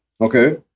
Okay